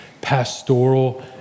pastoral